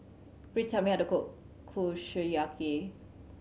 please tell me how to cook Kushiyaki